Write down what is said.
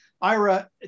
Ira